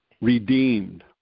redeemed